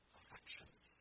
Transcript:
affections